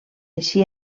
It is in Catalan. així